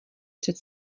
před